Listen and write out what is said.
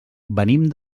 venim